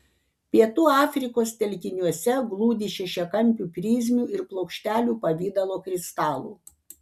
pietų afrikos telkiniuose glūdi šešiakampių prizmių ir plokštelių pavidalo kristalų